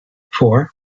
four